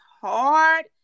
hard